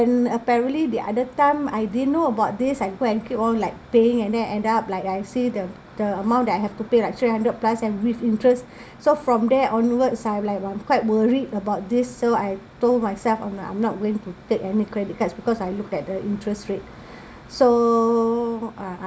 and apparently the other time I didn't know about this I go and keep on like paying and then end up like I see the the amount that I have to pay like three hundred plus and with interest so from there onwards I'm like I'm quite worried about this so I told myself I'm I'm not going to take any credit cards because I looked at the interest rate so uh